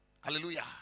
Hallelujah